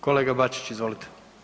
Kolega Bačić, izvolite.